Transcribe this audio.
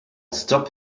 stop